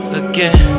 again